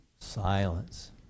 Silence